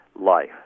life